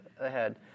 ahead